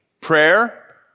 Prayer